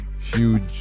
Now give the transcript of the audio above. huge